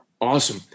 Awesome